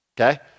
okay